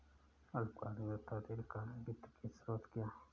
अल्पकालीन तथा दीर्घकालीन वित्त के स्रोत क्या हैं?